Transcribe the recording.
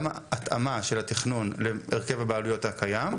ההתאמה של התכנון להרכב הבעלויות הקיים,